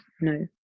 no